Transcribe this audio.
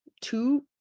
two